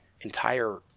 entire